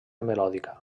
melòdica